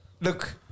Look